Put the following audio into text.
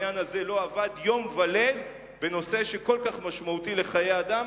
עבד יום וליל בנושא כל כך משמעותי לחיי אדם,